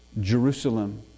Jerusalem